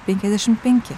penkiasdešimt penki